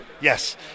Yes